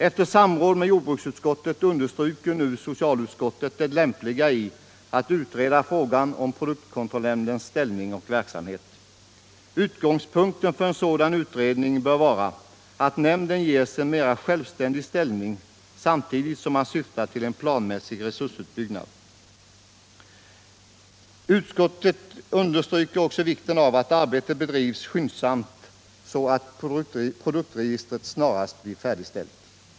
Efter samråd med jordbruksutskottet understryker nu socialutskottet det lämpliga i att utreda frågan om produktkontrollnämndens ställning och verksamhet. Utgångspunkten för en sådan utredning bör vara att nämnden ges en mera självständig ställning samtidigt som man syftar till en planmässig resursutbyggnad. Utskottet understryker också vikten av att arbetet bedrivs skyndsamt så att produktregistret snarast blir färdigställt.